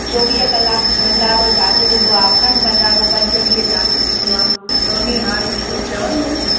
चोवीह कलाकु भंडारो चालू हूंदो आहे अखंड भंडारो पंज ॾींहं चालू हूंदो आहे त उन बारे में कुझु चवंदव